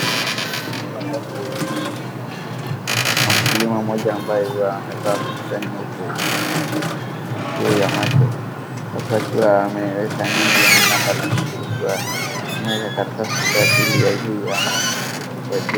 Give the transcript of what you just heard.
Kuna shamba ambapo hii ni ndizi. Kuna mkulima mmoja ambaye huwa amevaa kofia nyeupe na kioo ya macho. Sasa akiwa ameweka ndizi ama ganda la ndizi akiwa ameeka karatasi chake ili azuie ma ikuwe joto.